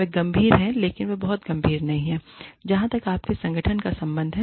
वे गंभीर हैं लेकिन वे बहुत गंभीर नहीं हैं जहां तक आपके संगठन का संबंध है